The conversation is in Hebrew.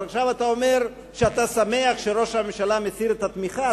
אז עכשיו אתה אומר שאתה שמח שראש הממשלה מסיר את התמיכה?